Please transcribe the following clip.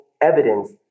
evidence